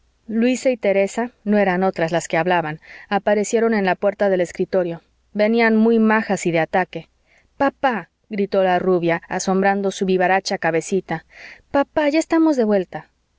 luisa y teresa no eran otras las que hablaban aparecieron en la puerta del escritorio venían muy majas y de ataque papá gritó la rubia asomando su vivaracha cabecita papá ya estamos de vuelta